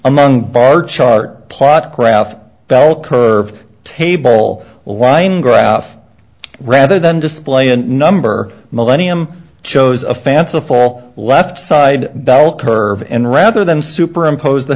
among bar chart plot graph bell curve table line graph rather than display a number millennium chose a fanciful leftside bell curve and rather than superimpose the